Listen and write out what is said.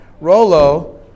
Rolo